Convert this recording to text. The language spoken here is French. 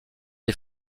des